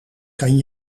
kan